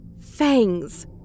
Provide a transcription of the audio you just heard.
Fangs